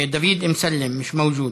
דוד אמסלם, מיש מווג'וד,